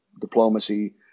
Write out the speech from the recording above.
diplomacy